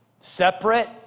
Separate